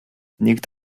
nikt